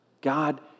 God